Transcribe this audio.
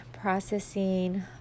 processing